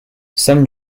some